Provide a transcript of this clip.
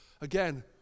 Again